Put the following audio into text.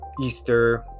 Easter